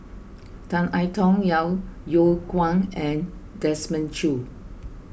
Tan I Tong Yeo Yeow Kwang and Desmond Choo